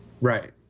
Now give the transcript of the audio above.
Right